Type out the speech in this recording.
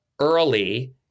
early